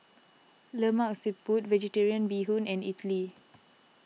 Lemak Siput Vegetarian Bee Hoon and Idly